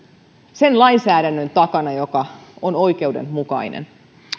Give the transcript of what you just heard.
sen lainsäädännön takana joka on oikeudenmukainen